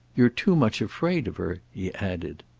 you're too much afraid of her, he added.